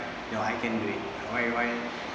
you know I can do it why why